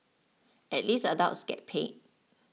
at least adults get paid